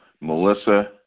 Melissa